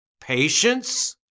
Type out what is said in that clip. Patience